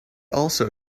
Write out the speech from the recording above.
also